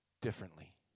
differently